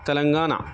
Telangana